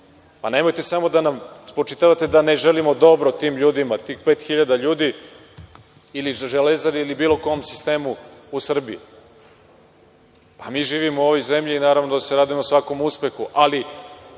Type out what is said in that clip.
Nemojte samo da nam spočitavate da ne želimo dobro tim ljudima, njih 5.000 ljudi, ili iz „Železare“ ili u bilo kom sistemu u Srbiji. Mi živimo u ovoj zemlji i naravno da se radujemo svakom uspehu. Ali,